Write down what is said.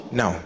no